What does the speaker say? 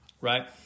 right